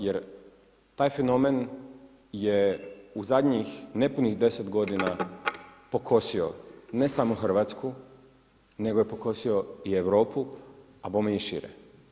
Jer taj fenomen je u zadnjih nepunih 10 godina pokosio, ne samo Hrvatsku, nego je pokosio i Europu, a bome i šire.